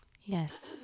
Yes